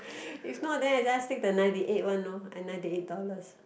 if not then I just take the ninety eight one lor and ninety eight dollars